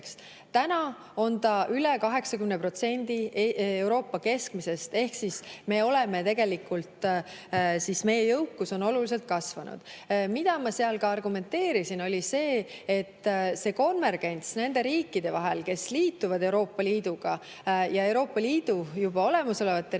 Täna on see üle 80% Euroopa keskmisest, ehk meie jõukus on oluliselt kasvanud. Mida ma seal argumenteerisin, oli see, et konvergents nende riikide vahel, kes liituvad Euroopa Liiduga, ja Euroopa Liidus juba olevate riikide